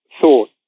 thought